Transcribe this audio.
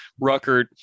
Ruckert